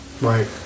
Right